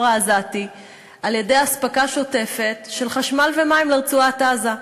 העזתי על-ידי אספקה שוטפת של חשמל ומים לרצועת-עזה.